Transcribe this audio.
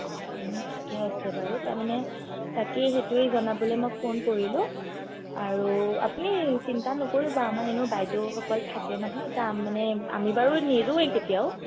অঁ তেনে ঠিকে আছে বাৰু তাৰমানে তাকে সেইটোৱে জনাবলৈ মই ফোন কৰিলোঁ আৰু আপুনি চিন্তা নকৰিব আমাৰ এনেও বাইদেউসকল থাকে নহয় তাৰ মানে আমি বাৰু নেৰোৱেই কেতিয়াও